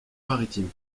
maritime